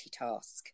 multitask